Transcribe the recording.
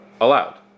allowed